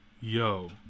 Yo